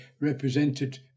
represented